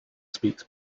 speaks